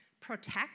protect